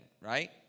right